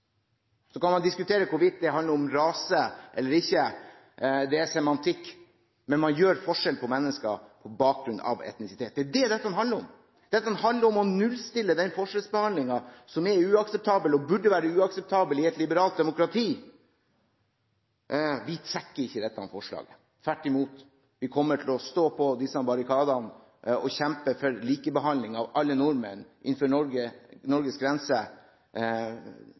Så kan man diskutere om hvorvidt det handler om rase eller ikke – det er semantikk – men man gjør forskjell på mennesker på bakgrunn av etnisitet. Det er det dette handler om. Dette handler om å nullstille en forskjellsbehandling som er uakseptabel – og burde være uakseptabel – i et liberalt demokrati. Vi trekker ikke dette forslaget. Tvert imot, vi kommer til å stå på barrikadene og kjempe for likebehandling av alle nordmenn innenfor Norges